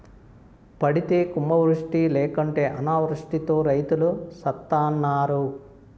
పడితే కుంభవృష్టి లేకుంటే అనావృష్టితో రైతులు సత్తన్నారు